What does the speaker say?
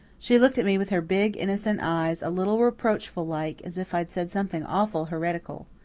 she looked at me with her big, innocent eyes, a little reproachful like, as if i'd said something awful heretical.